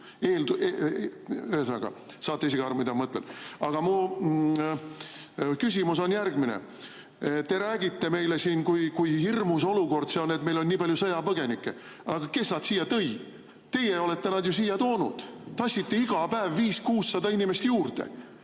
Ühesõnaga, saate ise ka aru, mida mõtlen. Aga mu küsimus on järgmine. Te räägite meile siin, kui hirmus olukord see on, et meil on nii palju sõjapõgenikke. Kes nad siia tõi? Teie olete nad ju siia toonud, tassite iga päev 500–600 inimest juurde.